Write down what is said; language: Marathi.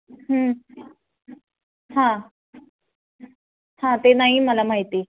हां हां ते नाही मला माहिती